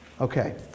Okay